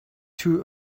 too